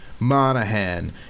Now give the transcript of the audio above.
Monahan